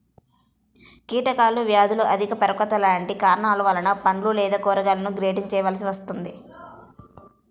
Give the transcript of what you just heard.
కీటకాలు, వ్యాధులు, అధిక పరిపక్వత లాంటి కారణాల వలన పండ్లు లేదా కూరగాయలను గ్రేడింగ్ చేయవలసి వస్తుంది